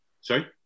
Sorry